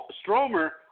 Stromer